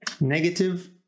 negative